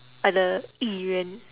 like the 议员